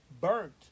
burnt